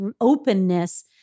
openness